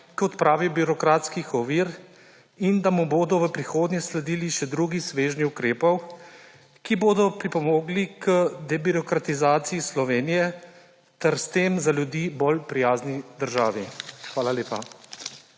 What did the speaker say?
k odpravi birokratskih ovir in da mu bodov prihodnje sledili še drugi svežnji ukrepov, ki bodo pripomogli k debirokratizaciji Slovenije ter s tem za ljudi bolj prijazni državi. Hvala lepa.